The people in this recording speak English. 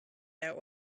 that